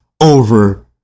over